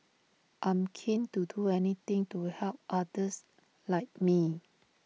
I'm keen to do anything to help others like me